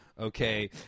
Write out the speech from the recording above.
Okay